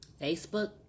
Facebook